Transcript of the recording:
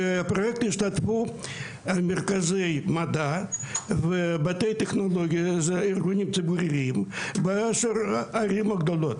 בפרוייקט השתתפו מרכזי מדע ובתי טכנולוגיה בערים הגדולות.